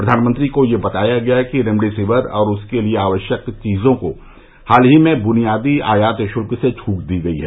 प्रधानमंत्री को यह बताया गया कि रेमडेसिविर और उसके लिए आवश्यक चीजों को हाल ही में बुनियादी आयात शुल्क से छूट दी गई हैं